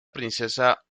princesa